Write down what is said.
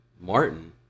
Martin